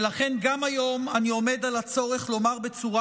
ולכן גם היום אני עומד על הצורך לומר בצורה